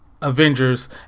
Avengers